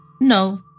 No